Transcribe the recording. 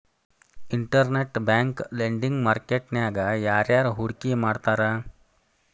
Internet bank lending market ನ್ಯಾಗ ಯಾರ್ಯಾರ್ ಹೂಡ್ಕಿ ಮಾಡ್ತಾರ?